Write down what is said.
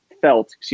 felt